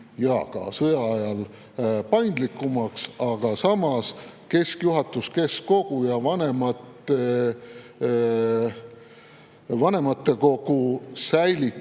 ja sõjaajal paindlikumaks, aga samas keskjuhatus, keskkogu ja vanematekogu säilitavad